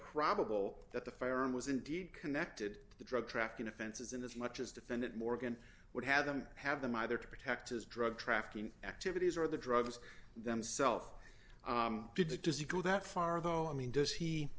probable that the firearm was indeed connected to drug trafficking offenses in this much as defendant morgan would have them have them either to protect his drug trafficking activities or the drugs themself did that does he go that far though i mean does he